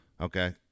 Okay